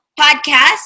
podcast